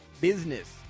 Business